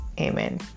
amen